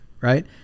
Right